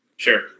Sure